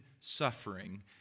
suffering